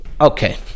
Okay